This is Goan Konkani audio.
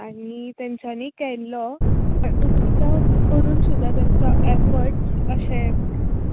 आनी तेंच्यानी केल्लो आनी तो करून सुद्दा तेंचो ऍफस्ट अशे